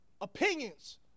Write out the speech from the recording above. Opinions